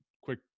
quick